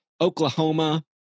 Oklahoma